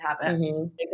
habits